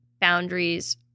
boundaries